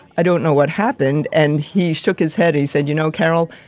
i don't know what happened. and he shook his head. he said, you know, carol,